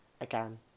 Again